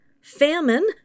famine